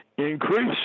Increase